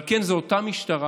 אבל כן, זו אותה משטרה